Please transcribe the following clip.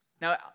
Now